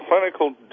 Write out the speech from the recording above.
clinical